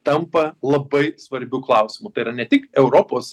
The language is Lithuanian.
tampa labai svarbiu klausimu tai yra ne tik europos